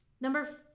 Number